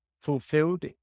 fulfilled